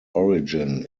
origin